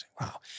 Wow